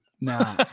No